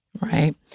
Right